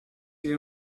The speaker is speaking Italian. era